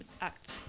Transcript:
act